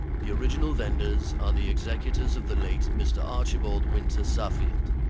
the original vendors are the executors of the late mr. archibald winter-suffield.